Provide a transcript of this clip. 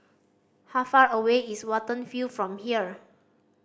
how far away is Watten View from here